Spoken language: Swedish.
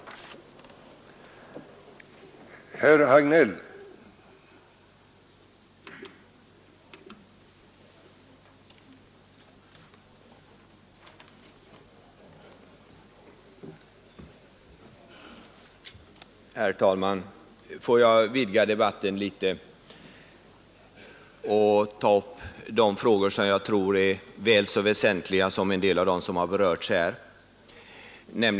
Jag hade alltså läst rätt.